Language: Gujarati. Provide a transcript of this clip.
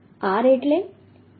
r એટલે 78